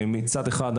בדאגה.